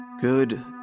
Good